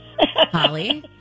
Holly